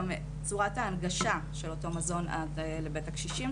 גם צורת ההנגשה של אותו מזון עד לבית הקשישים,